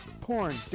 Porn